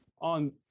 on